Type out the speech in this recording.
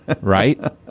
right